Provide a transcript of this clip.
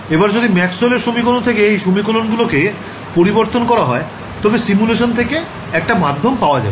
এবার যদি ম্যাক্সওয়েলের সমীকরণ থেকে এই সমীকরণ গুলো কে পরিবর্তন করা হয় তবে সিমুলেশান থেকে একটা মাধ্যম পাওয়া যাবে